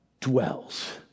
dwells